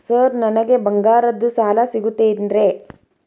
Sir ನನಗೆ ಬಂಗಾರದ್ದು ಸಾಲ ಸಿಗುತ್ತೇನ್ರೇ?